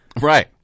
Right